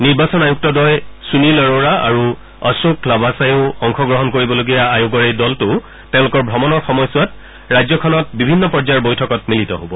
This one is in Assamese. নিৰ্বাচন আয়ুক্তঘয় সুনীল আৰোৰা আৰু অশোক লাভাছায়ো অংশগ্ৰহণ কৰিবলগীয়া আয়োগৰ এই দলটো তেওঁলোকৰ ভ্ৰমণৰ সময়ছোৱাত ৰাজ্যখনত বিভিন্ন পৰ্যায়ৰ বৈঠকত মিলিত হব